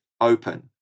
open